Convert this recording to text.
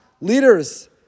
leaders